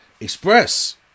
express